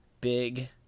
big